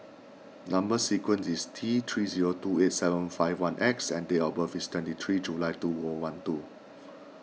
Number Sequence is T three zero two eight seven five one X and date of birth is twenty three July two O one two